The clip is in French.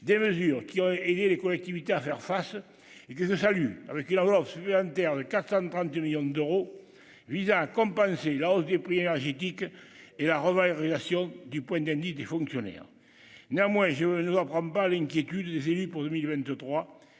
des mesures qui ont aidé les collectivités à faire face et qui te salue alors qu'il a reçu un terrain de 432 millions d'euros visant à compenser la hausse des prix énergétiques et la revalorisation du point d'Annie, des fonctionnaires, néanmoins je ne pas l'inquiétude des élus pour 2023,